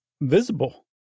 visible